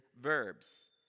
verbs